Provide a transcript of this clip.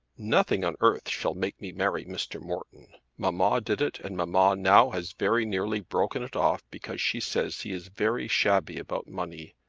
nothing on earth shall make me marry mr. morton. mamma did it, and mamma now has very nearly broken it off because she says he is very shabby about money.